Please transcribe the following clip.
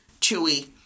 chewy